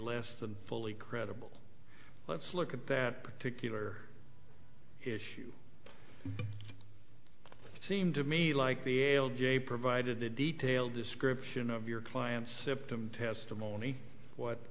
less than fully credible let's look at that particular issue it seemed to me like the ale j provided a detailed description of your client's symptom testimony what